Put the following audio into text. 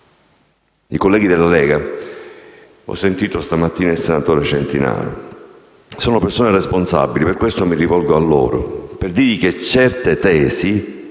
I colleghi della Lega - ho sentito stamattina il senatore Centinaio - sono persone responsabili. Per questo mi rivolgo a loro per dire che certe tesi,